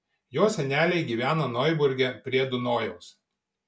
jo seneliai gyvena noiburge prie dunojaus